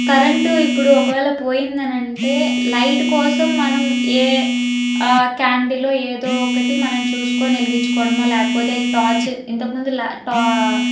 current ఇప్పుడు ఒకవేళ పోయిందని అంటే లైట్ కోసం మనం ఏ క్యాండీలో ఏదో ఒకటి మనం చూసుకుని వెలిగించుకోవడమో లేకపోతే టార్చ్ ఇంతకముందు లే టా